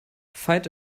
find